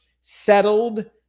settled